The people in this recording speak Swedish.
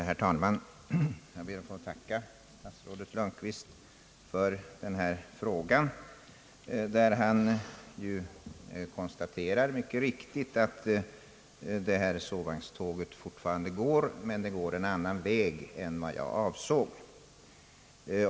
Herr talman! Jag ber att få tacka statsrådet Lundkvist för svaret på min fråga. Han konstaterar mycket riktigt att detta sovvagnståg fortfarande går, men det går en annan väg än vad jag avsåg.